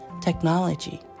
technology